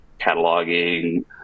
cataloging